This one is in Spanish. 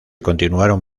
continuaron